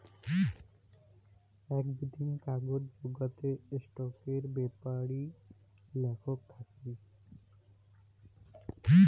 আক বিতিং কাগজ জেতাতে স্টকের বেপারি লেখক থাকি